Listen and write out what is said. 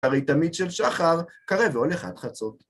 הרי תמיד של שחר קרה והולך עד חצות.